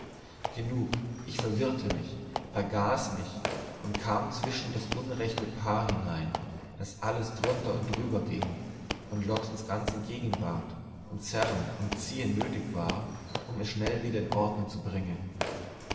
genug ich verwirrte mich vergaß mich und kam zwischen das unrechte paar hinein daß alles drunter und drüber ging und lottens ganze gegenwart und zerren und ziehen nötig war um es schnell wieder in ordnung zu bringen